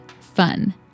fun